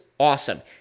Awesome